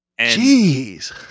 Jeez